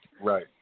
Right